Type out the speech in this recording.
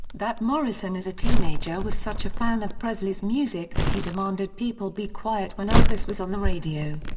that morrison as a teenager was such a fan of presley's music that he demanded people be quiet when elvis was on the radio.